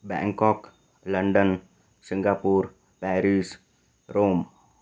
Bangkok London Singapore Paris Rome